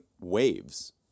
waves